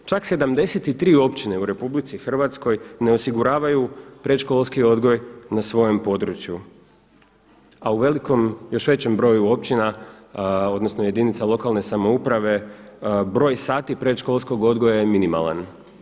Čak 73 općine u RH ne osiguravaju predškolski odgoj na svojem području, a u velikom, još većem broju općina, odnosno jedinica lokalne samouprave broj sati školskog odgoja je minimalan.